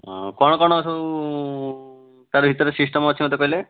କ'ଣ କ'ଣ ସବୁ ତା ଭିତରେ ସିଷ୍ଟମ୍ ଅଛି ମୋତେ କହିଲେ